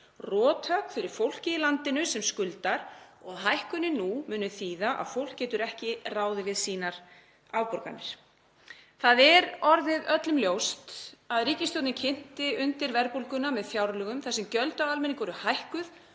rothögg fyrir fólkið í landinu sem skuldar og að hækkunin nú muni þýða að fólk geti ekki ráðið við sínar afborganir. Það er orðið öllum ljóst að ríkisstjórnin kynti undir verðbólguna með fjárlögum þar sem gjöld á almenning voru hækkuð